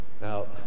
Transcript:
Now